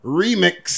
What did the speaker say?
remix